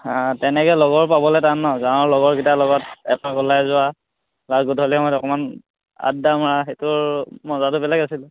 হাঁ তেনেকৈ লগৰ পাবলৈ টান ন গাঁৱৰ লগৰকেইটাৰ লগত এপাক ওলাই যোৱা বা গধূলি সময়ত অকণমান আদ্দা মৰা সেইটোৰ মজাটো বেলেগ আছিলে